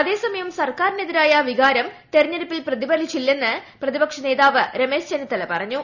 അതേസമയം സർക്കാരിനെതിരായ വികാരം തെരഞ്ഞെടുപ്പിൽ പ്രതിഫലിച്ചില്ലെന്ന് പ്രതിപക്ഷ നേതാവ് രമേശ് ചെന്നിത്തല പറഞ്ഞു